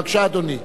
בבקשה, אדוני.